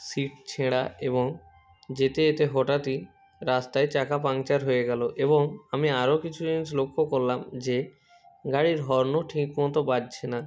seat ছেঁড়া এবং যেতে যেতে হঠাৎই রাস্তায় চাকা পাংচার হয়ে গেলো এবং আমি আরও কিছু জিনিস লক্ষ্য করলাম যে গাড়ির হর্নও ঠিকমতো বাজছে না